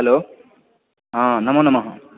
hello नमो नमः